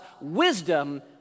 wisdom